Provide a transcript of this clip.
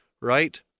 right